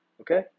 okay